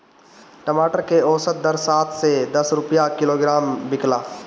टमाटर के औसत दर सात से दस रुपया किलोग्राम बिकला?